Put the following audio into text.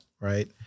right